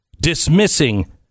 dismissing